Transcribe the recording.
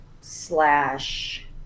slash